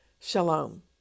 Shalom